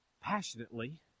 passionately